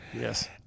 Yes